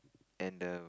and the